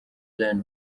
zion